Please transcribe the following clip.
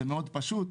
זה מאוד פשוט,